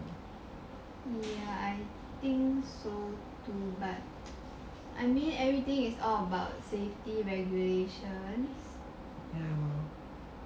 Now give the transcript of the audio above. I think so too but I mean everything is all about safety regulations ya